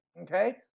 okay